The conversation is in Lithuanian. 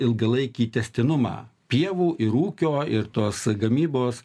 ilgalaikį tęstinumą pievų ir ūkio ir tos gamybos